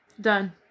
Done